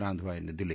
रांधवा यांनी दिली